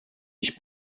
ich